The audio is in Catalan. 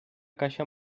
caixa